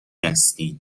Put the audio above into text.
هستین